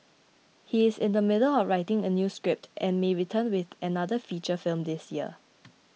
he is in the middle of writing a new script and may return with another feature film this year